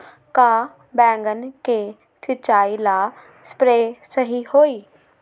का बैगन के सिचाई ला सप्रे सही होई?